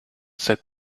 sept